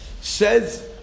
Says